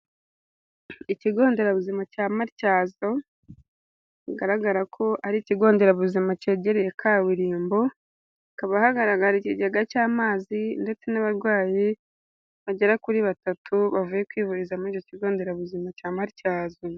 Ikigo nderabuzima cya Matyazo, bigaragara ko ari ikigo nderabuzima cyegereye kaburimbo, hakaba hagaragara ikigega cy'amazi ndetse n'abarwayi bagera kuri batatu bavuye kwivuriza muri icyo kigo nderabuzima cya Matyazo.